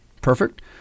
Perfect